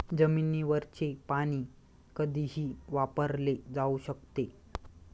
जमिनीवरचे पाणी कधीही वापरले जाऊ शकते